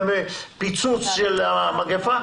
לפיצוץ של המגפה,